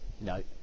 No